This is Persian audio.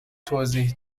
توضیح